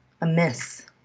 amiss